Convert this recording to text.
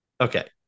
Okay